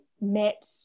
met